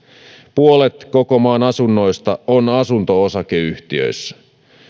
puolet koko maan asunnoista on asunto osakeyhtiöissä